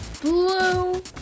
blue